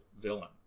villain